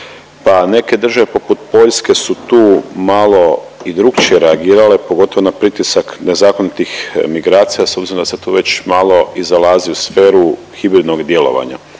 pa neke države poput Poljske su tu malo i drukčije reagirale pogotovo na pritisak nezakonitih migracija s obzirom da se tu već malo i zalazi u sferu hibridnog djelovanja.